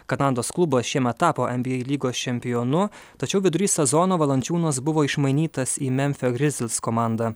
kanados klubas šiemet tapo nba lygos čempionu tačiau vidury sezono valančiūnas buvo išmainytas į memfio grizlis komandą